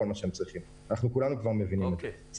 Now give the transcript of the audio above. כולנו מבינים את זה.